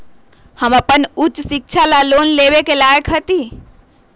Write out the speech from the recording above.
हम अपन उच्च शिक्षा ला लोन लेवे के लायक हती?